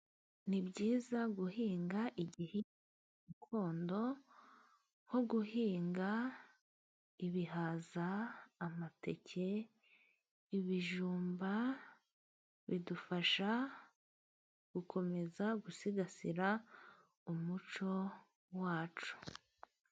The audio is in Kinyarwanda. Ni byiza guhinga igihingwa gakondo， nko guhinga ibihaza， amateke，ibijumba，bidufasha gukomeza gusigasira umuco wacu.